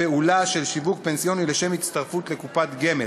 פעולה של שיווק פנסיוני לשם הצטרפות לקופת גמל,